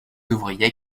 ouvriers